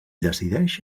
decideix